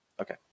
Okay